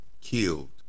killed